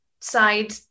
side